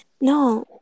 no